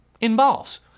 involves